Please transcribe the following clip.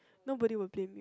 nobody will blame you